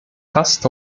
fast